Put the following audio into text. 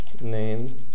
name